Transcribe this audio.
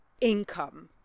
income